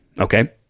Okay